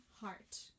heart